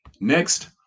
Next